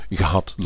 gehad